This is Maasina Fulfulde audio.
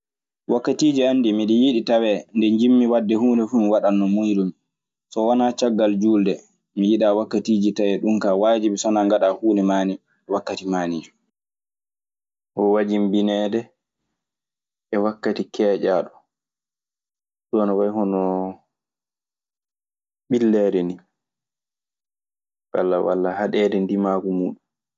Wakkatiiji an ɗii, miɗe yiɗii tawee, nde njiɗmi waɗde huunde fuu mi waɗa no muuyrumi. So wanaa caggal juulde, mi yiɗaa wakkatiiji tawee ɗun kaa waajibi so wanaa ngaɗaa huunde maani, wakkati maaniijo. O wajinbineede e wakkati keeƴaaɗo. Ɗun ana wayi hono ɓilleede ni, walla walla haɗeede ndimaagu muuɗun.